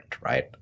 right